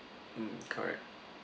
mm correct